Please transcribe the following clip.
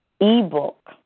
ebook